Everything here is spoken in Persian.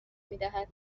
میدهد